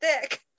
thick